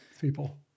people